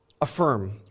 affirm